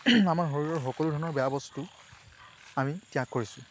আমাৰ শৰীৰৰ সকলো ধৰণৰ বেয়া বস্তু আমি ত্যাগ কৰিছোঁ